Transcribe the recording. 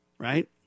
Right